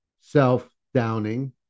self-downing